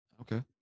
okay